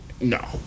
no